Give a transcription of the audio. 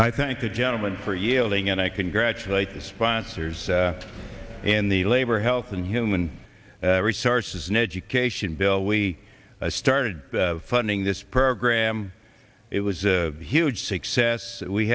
i thank the gentleman for yielding and i congratulate the sponsors in the labor health and human resources in education bill we started funding this program it was a huge success we